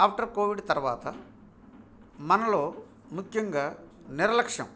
after COVID తర్వాత మనలో ముఖ్యంగా నిర్లక్ష్యం